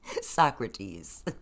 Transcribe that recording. Socrates